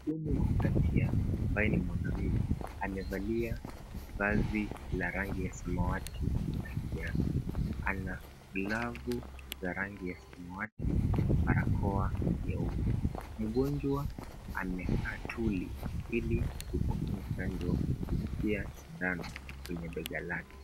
Muhudumu wa afya ambaye ni mwanaume amevalia vazi la rangi ya samawati. Ana glavu ya rangi ya samawati na barakoa nyeupe. Mgonjwa amekaa tuli ili kupokea chanjo kupitia sindano kwenye bega lake.